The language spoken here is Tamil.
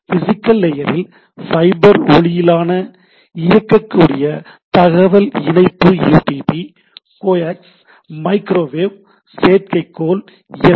பிசிகல் லேயரில் ஃபைபர் ஒளியியலாக இருக்கக்கூடிய தகவல் இணைப்பு யுடிபி கோக்ஸ் மைக்ரோவேவ் செயற்கைக்கோள் எஸ்